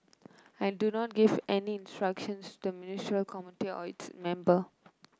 I do not give any instructions to Ministerial Committee or its member